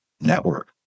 network